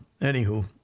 anywho